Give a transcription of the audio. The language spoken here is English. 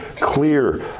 clear